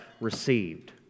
received